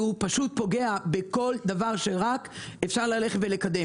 הוא פשוט פוגע בכל דבר שאפשר לקדם.